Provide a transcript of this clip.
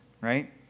right